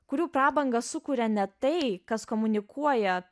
kurių prabangą sukuria ne tai kas komunikuoja